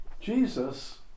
Jesus